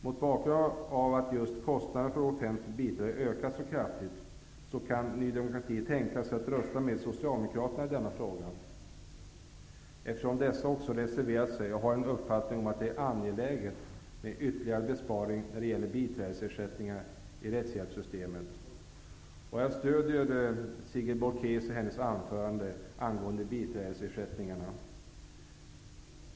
Mot bakgrund av att just kostnaden för offentligt biträde ökat så kraftigt kan Ny demokrati tänka sig att rösta med Socialdemokraterna i denna fråga, eftersom dessa har reserverat sig och har uppfattningen att det är angeläget med ytterligare besparingar inom biträdesersättningarna i rättshjälpssystemet. Jag stödjer det som Sigrid Bolkéus sade i sitt anförande angående biträdesersättningarna.